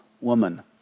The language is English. woman